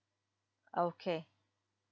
okay